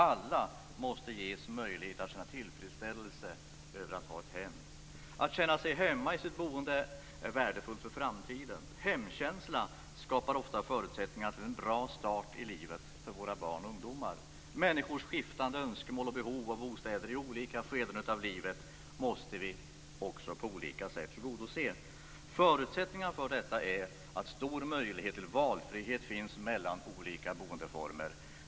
Alla måste ges möjlighet att känna tillfredsställelse över att ha ett hem. Att känna sig hemma i sitt boende är värdefullt för framtiden. Hemkänsla skapar ofta förutsättningar för en bra start i livet för våra barn och ungdomar. Människors skiftande önskemål och behov av bostäder i olika skeden av livet måste vi också på olika sätt tillgodose. Förutsättningar för detta är att det finns stor möjlighet att välja mellan olika boendeformer.